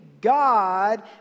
God